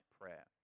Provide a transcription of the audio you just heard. prayer